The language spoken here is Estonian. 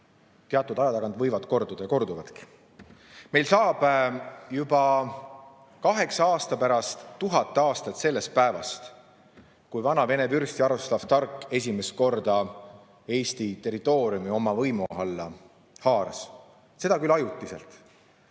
teatud aja tagant võivad korduda ja korduvadki. Meil saab juba kaheksa aasta pärast 1000 aastat sellest päevast, kui Vana‑Vene vürst Jaroslav Tark esimest korda Eesti territooriumi oma võimu alla haaras. Seda küll ajutiselt.